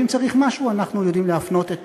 ואם צריך משהו אנחנו יודעים להפנות את